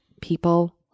People